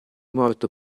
morto